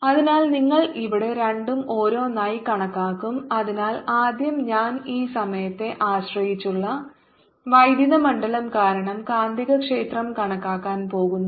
അതിനാൽ നിങ്ങൾ ഇവിടെ രണ്ടും ഓരോന്നായി കണക്കാക്കും അതിനാൽ ആദ്യം ഞാൻ ഈ സമയത്തെ ആശ്രയിച്ചുള്ള വൈദ്യുത മണ്ഡലം കാരണം കാന്തികക്ഷേത്രം കണക്കാക്കാൻ പോകുന്നു